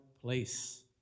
place